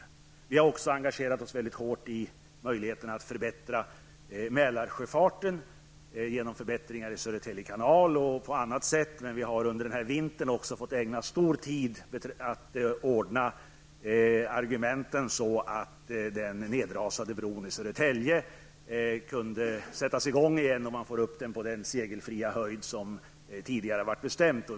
Vi har också engagerat oss mycket hårt i möjligheterna att förbättra Mälarsjöfarten genom förbättringar i Södertälje kanal och på annat sätt. Vi har också under den här vintern fått ägna mycket tid åt att ta fram argument för att den nedrasade bron i Södertälje skulle sättas igång igen och för att vi skulle få upp den på den segelfria höjd som tidigare varit bestämd.